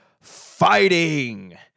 fighting